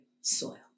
soil